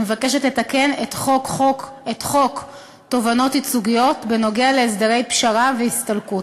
שמבקשת לתקן את חוק תובענות ייצוגיות בנוגע להסדרי פשרה והסתלקות.